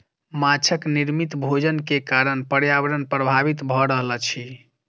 माँछक निर्मित भोजन के कारण पर्यावरण प्रभावित भ रहल अछि